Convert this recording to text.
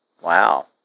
Wow